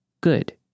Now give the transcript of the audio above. good